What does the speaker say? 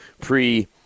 pre